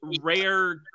rare